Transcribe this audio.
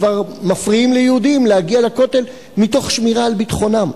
כבר מפריעים ליהודים להגיע לכותל מתוך שמירה על ביטחונם.